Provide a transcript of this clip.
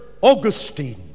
Augustine